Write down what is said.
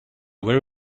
very